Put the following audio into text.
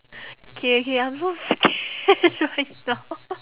K K I'm so scared right now